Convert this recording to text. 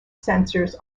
sensors